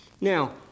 Now